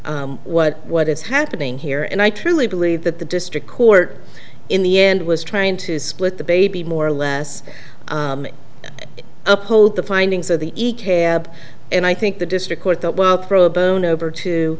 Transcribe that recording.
exactly what what is happening here and i truly believe that the district court in the end was trying to split the baby more or less uphold the findings of the ek ab and i think the district court that while pro bono over to